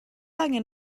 angen